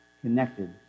connected